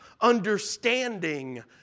understanding